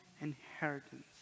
inheritance